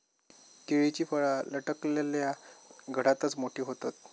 केळीची फळा लटकलल्या घडातच मोठी होतत